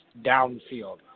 downfield